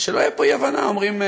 ושלא תהיה פה אי-הבנה, אומרים: